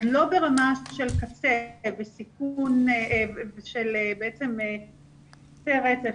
לא ברמה של קצה וסיכון של בעצם קצה רצף,